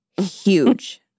huge